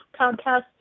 podcast